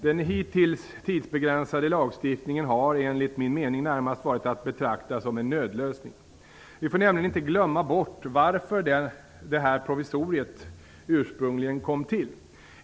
Den hittills tidsbegränsade lagstiftningen har enligt min mening närmast varit att betrakta som en nödlösning. Vi får nämligen inte glömma bort varför det här provisoriet ursprungligen kom till.